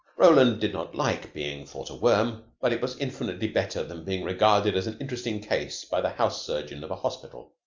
roland did not like being thought a worm, but it was infinitely better than being regarded as an interesting case by the house-surgeon of a hospital.